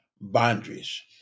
boundaries